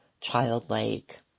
childlike